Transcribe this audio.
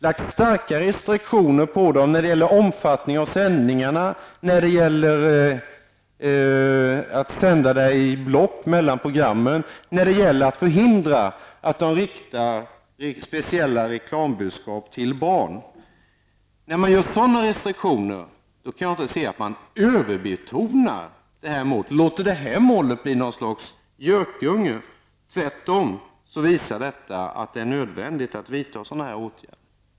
Restriktionerna kommer att bli hårdare när det gäller såväl omfattningen av sändningar som att sända reklam i block mellan programmen och att förhindra att det riktas speciella reklambudskap till barn. När man inför restriktioner av den här typen, kan jag inte se att man låter det här målet bli någon slags gökunge. Tvärtom visar detta att det är nödvändigt att vidta dessa åtgärder.